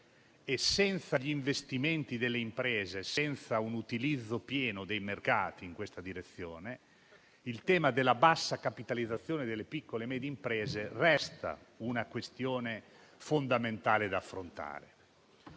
senza gli investimenti delle imprese e senza un utilizzo pieno dei mercati in questa direzione, il tema della bassa capitalizzazione delle piccole e medie imprese resta una questione fondamentale da affrontare.